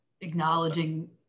acknowledging